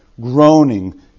groaning